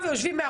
סמכות